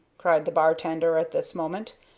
cried the bartender at this moment.